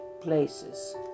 places